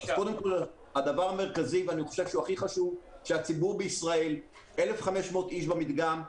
אז קודם כול הדבר המרכזי שהוא הכי חשוב הוא שמתוך 1,500 איש במדגם,